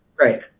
right